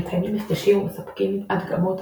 הם מקיימים מפגשים ומספקים הדגמות,